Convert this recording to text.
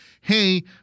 hey